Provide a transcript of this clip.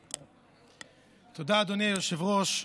תודה, אדוני היושב-ראש,